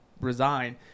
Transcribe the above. resign